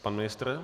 Pan ministr?